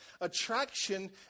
attraction